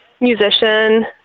musician